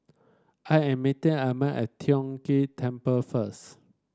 I am meeting Amey at Tiong Ghee Temple first